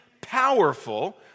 powerful